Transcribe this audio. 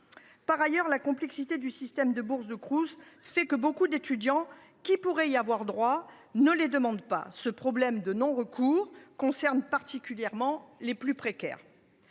Par ailleurs, la complexité du système des bourses du Crous fait que nombre d’étudiants qui pourraient y avoir droit ne les demandent pas. Ce problème du non recours concerne particulièrement les plus précaires.